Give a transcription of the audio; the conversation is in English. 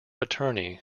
attorney